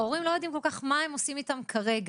הורים לא יודעים כל כך מה הם עושים איתם כרגע.